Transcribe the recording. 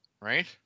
right